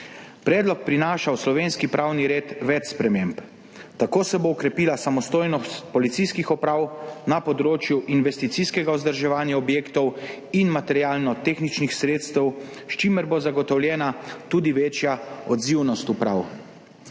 Predlog prinaša v slovenski pravni red več sprememb. Tako se bo okrepila samostojnost policijskih uprav na področju investicijskega vzdrževanja objektov in materialno-tehničnih sredstev, s čimer bo zagotovljena tudi večja odzivnost uprav.